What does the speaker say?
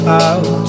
out